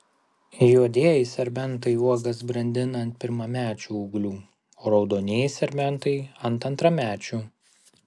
juodieji serbentai uogas brandina ant pirmamečių ūglių o raudonieji serbentai ant antramečių